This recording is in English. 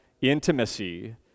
intimacy